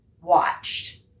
watched